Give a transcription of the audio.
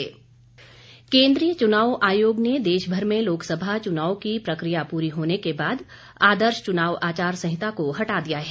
आचार संहिता केंद्रीय चुनाव आयोग ने देश भर में लोकसभा चुनाव की प्रकिया पूरी होने के बाद आदर्श चुनाव आचार संहिता को हटा दिया है